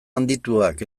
handituak